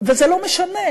וזה לא משנה,